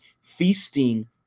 feasting